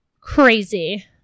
crazy